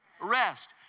Rest